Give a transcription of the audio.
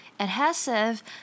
Adhesive